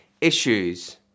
issues